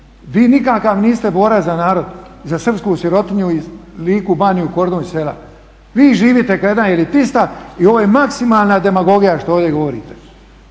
Vi nikakav niste borac za narod, za srpsku sirotinju iz Liku, Baniju, Kordun i sela. Vi živite kao jedan elitista i ovo je maksimalna demagogija što ovdje govorite